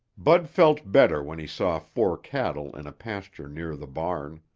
bud felt better when he saw four cattle in a pasture near the barn.